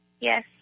Yes